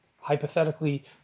Hypothetically